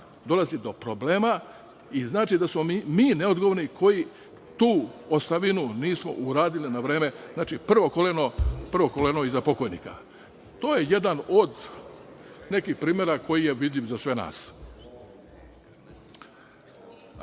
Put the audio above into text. dolazi do problema i znači da smo mi neodgovorni koji tu ostavinu nismo uradili na vreme, znači, prvo koleno iza pokojnika. To je jedan od nekih primera koji je vidljiv za sve